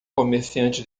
comerciante